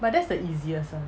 but that's the easiest one